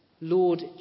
Lord